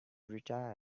retire